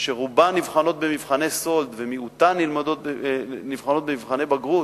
שרובן נבחנות במבחני סאלד ומיעוטן נבחנות במבחני בגרות.